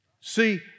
See